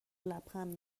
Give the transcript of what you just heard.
لبخند